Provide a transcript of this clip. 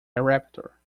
raptor